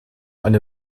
eine